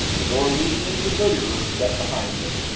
the door leading into the billiard room shut behind her.